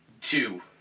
two